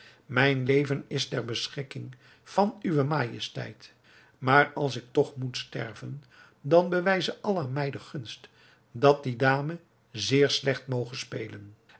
mijn leven is ter beschikking van uwe majesteit maar als ik toch moet sterven dan bewijze allah mij de gunst dat die dame zeer slecht moge spelen